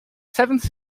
seventh